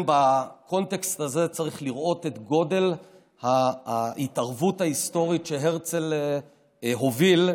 בקונטקסט הזה צריך לראות את גודל ההתערבות ההיסטורית שהרצל הוביל,